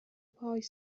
پاهاش